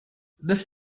this